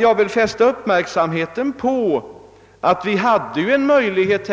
Jag vill fästa uppmärksamheten på att vi år 1948 hade en möjlighet